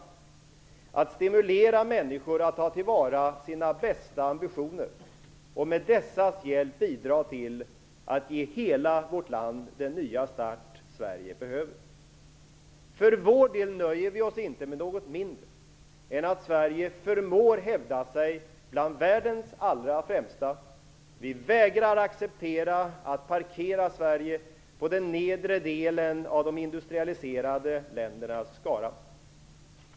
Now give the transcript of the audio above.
Det handlar om att stimulera människor till att ta till vara sina bästa ambitioner och till att med dessas hjälp bidra till att ge hela vårt land den nya start som behövs. För vår del nöjer vi oss inte med något mindre än att Sverige förmår hävda sig bland de allra främsta i världen. Vi vägrar att acceptera att Sverige parkerar på den nedre delen av de industrialiserade ländernas skara. Fru talman!